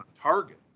Target